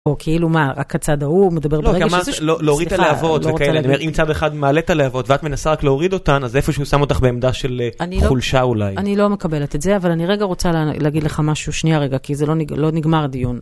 או כאילו מה, רק הצעד ההוא מדבר ברגע שזה שם, סליחה, אני לא רוצה להגיד. אם צעד אחד מעלה את הלהבות ואת מנסה רק להוריד אותן, אז איפשהו שם אותך בעמדה של חולשה אולי. אני לא מקבלת את זה, אבל אני רגע רוצה להגיד לך משהו, שנייה רגע, כי זה לא נגמר, לא נגמר הדיון.